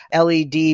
led